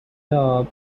job